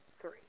three